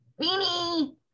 Beanie